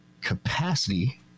capacity